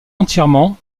entièrement